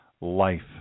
life